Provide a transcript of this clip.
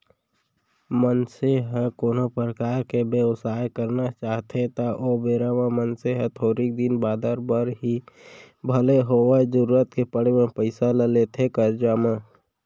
मनसे ह कोनो परकार के बेवसाय करना चाहथे त ओ बेरा म मनसे ह थोरिक दिन बादर बर ही भले होवय जरुरत के पड़े म पइसा ल लेथे करजा म